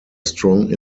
strong